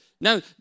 Now